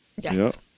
Yes